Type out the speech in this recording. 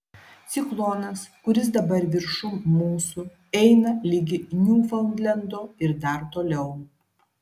ciklonas kuris dabar viršum mūsų eina ligi niūfaundlendo ir dar toliau